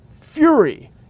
fury